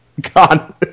God